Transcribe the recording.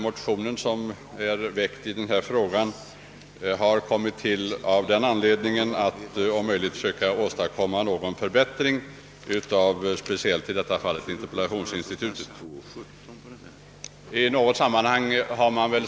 Motionen i denna fråga har väckts för att man om möjligt skulle söka åstadkomma en förbättring av speciellt interpellationsinstitutet.